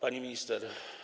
Pani Minister!